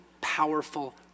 powerful